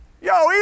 Yo